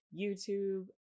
YouTube